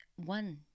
One